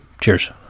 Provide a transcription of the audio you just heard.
Cheers